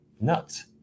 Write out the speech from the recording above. nuts